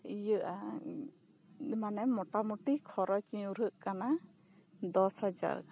ᱤᱭᱟᱹᱜᱼᱟ ᱢᱟᱱᱮ ᱢᱚᱴᱟᱢᱩᱴᱤ ᱠᱷᱚᱨᱚᱪ ᱧᱩᱨᱩᱜ ᱠᱟᱱᱟ ᱫᱚᱥ ᱦᱟᱡᱟᱨ ᱜᱟᱱ